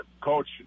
coach